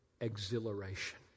exhilaration